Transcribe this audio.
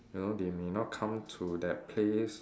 you know they may not come to that place